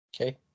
Okay